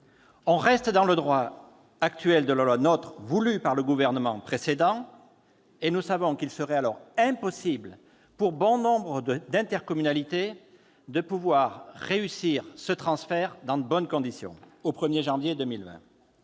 on reste dans le droit actuel de la loi NOTRe, voulue par le gouvernement précédent. Nous le savons, il serait alors impossible, pour bon nombre d'intercommunalités, de réussir ce transfert dans de bonnes conditions, au 1 janvier 2020.